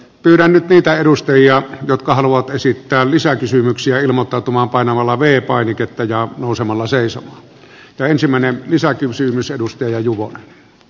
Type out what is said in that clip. pyydän niitä edustajia jotka haluavat esittää kunnioittava laki joka on sitova ja riittävän tiukka ja johon sisältyy myöskin sanktiot